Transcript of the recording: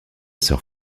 sœur